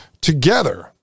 together